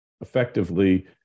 effectively